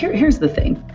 here's here's the thing,